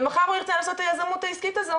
ומחר הוא ירצה לעשות את היזמות העסקית הזאת